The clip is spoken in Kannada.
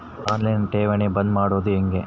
ಆನ್ ಲೈನ್ ಠೇವಣಿ ಬಂದ್ ಮಾಡೋದು ಹೆಂಗೆ?